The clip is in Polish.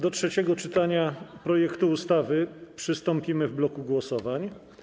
Do trzeciego czytania projektu ustawy przystąpimy w bloku głosowań.